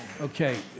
Okay